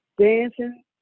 dancing